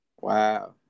Wow